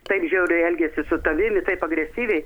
taip žiauriai elgiasi su tavim ir taip agresyviai